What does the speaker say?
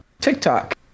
TikTok